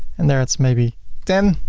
and there it's maybe ten.